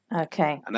Okay